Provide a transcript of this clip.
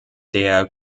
der